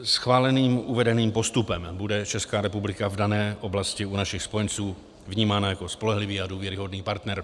Schváleným uvedeným postupem bude Česká republika v dané oblasti u našich spojenců vnímána jako spolehlivý a důvěryhodný partner.